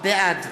בעד